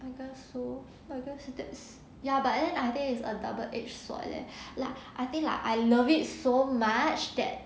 I guess so I guess it's that ya but then I think is a double edged sword leh like I think lah I love it so much that